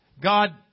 God